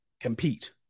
compete